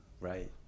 Right